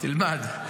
תלמד.